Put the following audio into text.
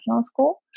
school